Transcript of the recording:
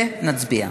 ונצביע.